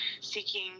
seeking